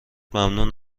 ممنون